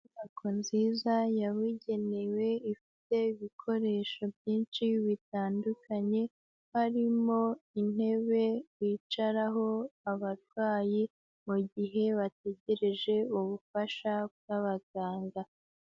Inyubako nziza yabugenewe ifite ibikoresho byinshi bitandukanye, harimo intebe bicaraho abarwayi mu gihe bategereje ubufasha bw'abaganga.